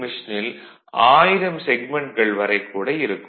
மெஷினில் 1000 செக்மென்ட்கள் வரை கூட இருக்கும்